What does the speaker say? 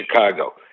Chicago